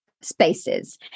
spaces